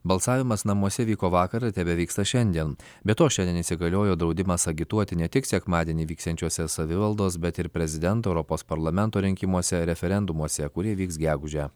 balsavimas namuose vyko vakar ir tebevyksta šiandien be to šiandien įsigaliojo draudimas agituoti ne tik sekmadienį vyksiančiuose savivaldos bet ir prezidento europos parlamento rinkimuose referendumuose kurie vyks gegužę